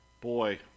Boy